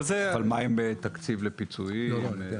אבל מה עם תקציב לפיצויים?